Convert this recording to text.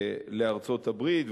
לארצות-הברית,